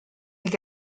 che